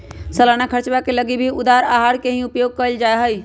सालाना खर्चवा के लगी भी उधार आहर के ही उपयोग कइल जाहई